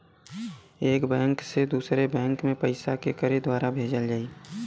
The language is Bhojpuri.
एक बैंक से दूसरे बैंक मे पैसा केकरे द्वारा भेजल जाई?